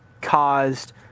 caused